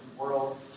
world